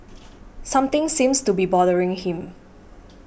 something seems to be bothering him